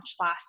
last